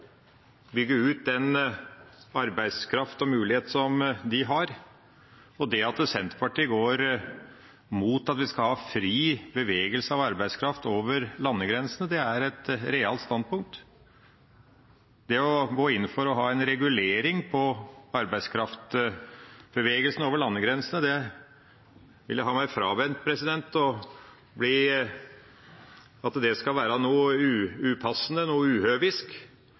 bygge ut den arbeidskraften og muligheten som de har. At Senterpartiet går imot fri bevegelse av arbeidskraft over landegrensene, er et realt standpunkt. Jeg vil ha meg frabedt at det å gå inn for en regulering av arbeidskraftbevegelsen over landegrensene skal være noe upassende – noe uhøvisk.